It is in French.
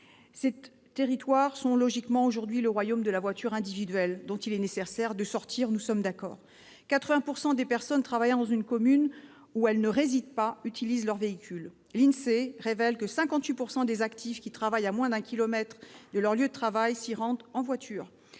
Ces territoires sont logiquement aujourd'hui le royaume de la voiture individuelle, dont il est nécessaire de sortir, nous sommes d'accord. Ainsi, quelque 80 % des personnes travaillant dans une commune où elles ne résident pas utilisent leur véhicule. L'Insee révèle que 58 % des actifs qui travaillent à moins d'un kilomètre de leur lieu de travail s'y rendent en voiture.